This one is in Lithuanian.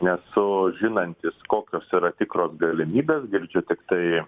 nesu žinantis kokios yra tikros galimybės girdžiu tiktai